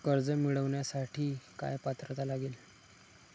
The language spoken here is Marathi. कर्ज मिळवण्यासाठी काय पात्रता लागेल?